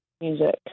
Music